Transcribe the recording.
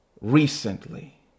recently